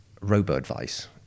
robo-advice